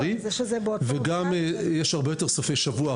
גם יש הרבה יותר סופי שבוע.